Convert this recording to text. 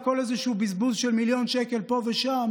על כל איזה בזבוז של מיליון שקל פה ושם,